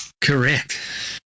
Correct